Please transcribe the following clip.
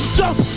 jump